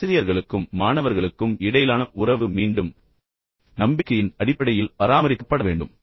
ஆசிரியர்களுக்கும் மாணவர்களுக்கும் இடையிலான உறவு மீண்டும் நம்பிக்கையின் அடிப்படையில் பராமரிக்கப்பட வேண்டும்